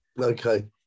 Okay